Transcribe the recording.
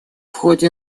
ходе